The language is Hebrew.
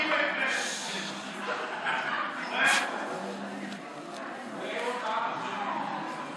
2022, של חבר הכנסת יואב